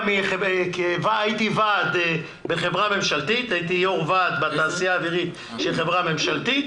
שהייתי יו"ר ועד בתעשייה האווירית שהיא חברה ממשלתית,